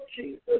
Jesus